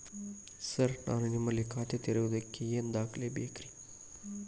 Sir ನಾನು ನಿಮ್ಮಲ್ಲಿ ಖಾತೆ ತೆರೆಯುವುದಕ್ಕೆ ಏನ್ ದಾಖಲೆ ಬೇಕ್ರಿ?